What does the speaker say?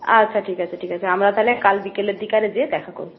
আচ্ছা ঠিক আছে ঠিক আছে আমরা তাহলে কাল বিকেলের দিকে গিয়ে দেখা করব